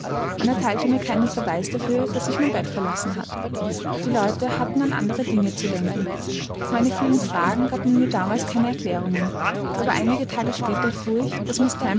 man erteilte mir keinen verweis dafür daß ich mein bett verlassen hatte die leute hatten an andere dinge zu denken auf meine vielen fragen gab man mir damals keine erklärungen aber einige tage später erfuhr ich daß